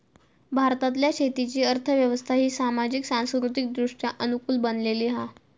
भारतातल्या शेतीची अर्थ व्यवस्था ही सामाजिक, सांस्कृतिकदृष्ट्या अनुकूल बनलेली हा